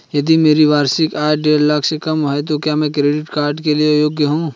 यदि मेरी वार्षिक आय देढ़ लाख से कम है तो क्या मैं क्रेडिट कार्ड के लिए योग्य हूँ?